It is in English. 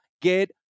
get